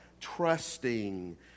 Trusting